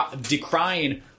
decrying